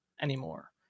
anymore